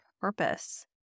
purpose